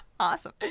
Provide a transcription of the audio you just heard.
awesome